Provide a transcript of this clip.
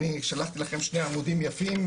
אני שלחתי לכם שני עמודים יפים,